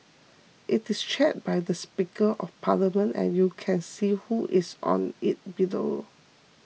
it is chaired by the Speaker of Parliament and you can see who is on it below